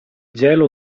gelo